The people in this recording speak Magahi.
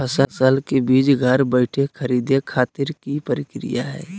फसल के बीज घर बैठे खरीदे खातिर की प्रक्रिया हय?